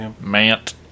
Mant